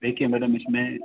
देखिए मैडम इसमें